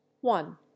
One